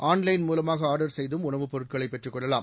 online மூலமாக order செய்தும் உணவுப் பொருட்களை பெற்றுக் கொள்ளலாம்